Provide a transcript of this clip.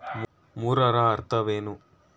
ಮೂರರ ಅರ್ಥವೇನು?